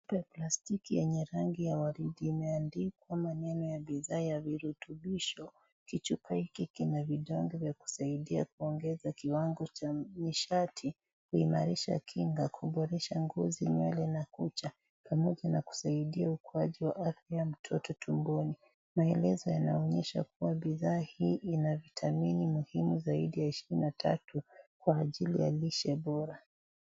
Chupa ya plastiki yenye rangi ya waridi; Imeandikwa maneno ya bidhaa ya virutubisho. kichupa hiki kina vidonge vya kusaidia kuongeza kiwango cha nishati, kuimarisha kinga, kuboresha ngozi, nywele na kucha pamoja na kusaidia ukuaji wa afya ya mtoto tumboni. Maelezo yanaonyesha kuwa bidhaa hii ina vitamini muhimu zaidi ya ishirini na tatu kwa ajili ya lishe bora.